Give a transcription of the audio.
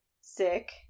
sick